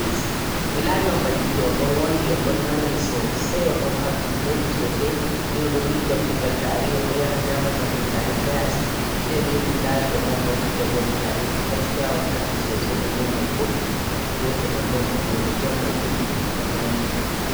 mi laari on balɗe ɗiɗi ɗo on ɗon wonndi on ɗon narri soosay on ɗon haɓdii bo'ɗi soosay, mi yi on ɗon dillida kuugal 'tare', on ɗo yaha on nyaama nyaamndu 'tare' haa yaasi keya ma mi lari on ɗon fi ja ball 'tare', 'gaskiya' on kabdi soosay nonnon may booɗɗum jo'ɗe nonnon may jonnde jam may ɓuri, Allah balla un.